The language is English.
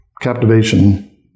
Captivation